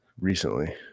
recently